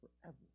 forever